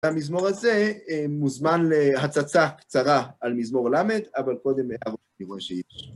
המזמור הזה מוזמן להצצה קצרה על מזמור ל', אבל קודם ... ממה שיש.